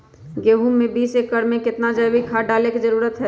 गेंहू में बीस एकर में कितना जैविक खाद डाले के जरूरत है?